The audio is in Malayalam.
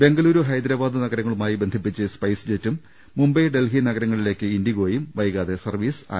ബെങ്കലുരു ഹൈദരാബാദ് നഗരങ്ങളുമായി ബന്ധി പ്പിച്ച് സ്പൈസ് ജെറ്റും മുംബൈ ഡൽഹി നഗരങ്ങളിലേക്ക് ഇൻഡിഗോയും വൈകാതെ സർവ്വീസ് ആരംഭിക്കും